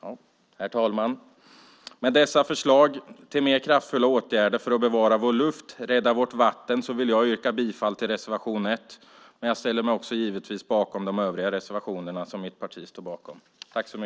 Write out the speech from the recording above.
Herr talman! Med dessa förslag till mer kraftfulla åtgärder för att bevara vår luft och rädda vårt vatten vill jag yrka bifall till reservation 1, men jag ställer mig givetvis bakom de övriga reservationer som mitt parti står bakom.